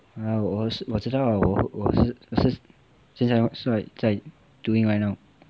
ya 我知道我是我是接下来在 doing right now